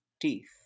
teeth